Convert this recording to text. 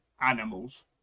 animals